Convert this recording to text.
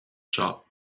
shop